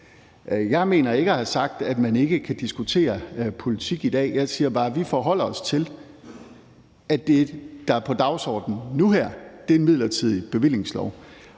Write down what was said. Jeg mener ikke at have sagt, at man ikke kan diskutere politik i dag. Jeg siger bare, at vi forholder os til, at det, der er på dagsordenen nu her, er en midlertidig bevillingslov.